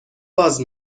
باز